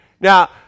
Now